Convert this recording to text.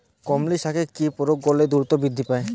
কলমি শাকে কি প্রয়োগ করলে দ্রুত বৃদ্ধি পায়?